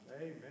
Amen